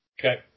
Okay